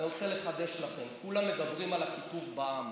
אני רוצה לחדש לכם: כולם מדברים על הקיטוב בעם.